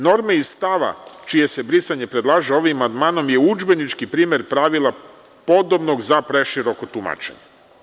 Norme iz stave čije se brisanje predlaže ovim amandmanom je udžbenički primer pravila podobno za preširoko tumačenje.